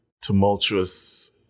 tumultuous